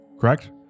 correct